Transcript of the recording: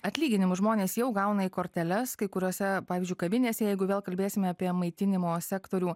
atlyginimus žmonės jau gauna į korteles kai kuriose pavyzdžiui kavinėse jeigu vėl kalbėsime apie maitinimo sektorių